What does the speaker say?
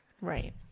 Right